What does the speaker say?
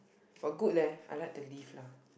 but good leh I like the lift lah